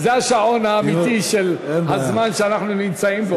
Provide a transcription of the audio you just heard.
זה השעון האמיתי של הזמן שאנחנו נמצאים בו.